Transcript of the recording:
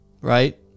right